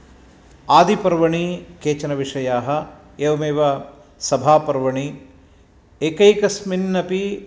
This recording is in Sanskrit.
आदिपर्वणि केचनविषयाः एवमेव सभापर्वणि एकैकस्मिन्नपि